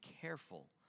careful